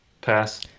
Pass